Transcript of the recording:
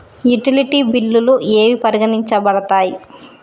Utility బిల్లులు ఏవి పరిగణించబడతాయి?